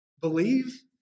Believe